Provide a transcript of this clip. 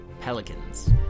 pelicans